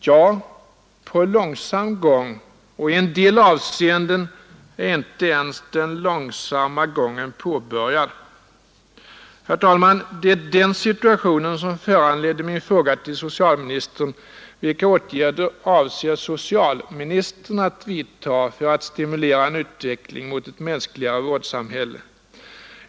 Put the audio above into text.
Ja, på långsam gång, och i en del avseenden är inte ens den långsamma gången påbörjad. Herr talman! Det är den situationen som föranledde min fråga till socialministern: Vilka åtgärder avser socialministern att vidta för att stimulera en utveckling mot ett mänskligare vårdsamhälle?